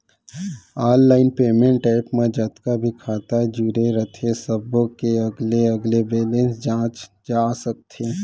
online payment app म जतका भी खाता जुरे रथे सब्बो के अलगे अलगे बेलेंस जांचे जा सकत हे